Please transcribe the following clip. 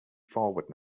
forward